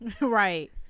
right